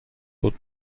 بود